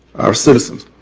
our citizens.